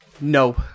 No